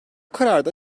kararda